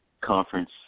conference